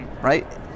Right